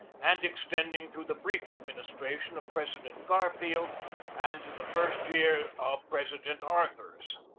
and extending through the brief administration of president garfield and the first year of president arthur's.